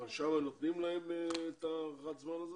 אבל שם נותנים להם את הארכת הזמן הזאת?